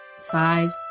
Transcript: five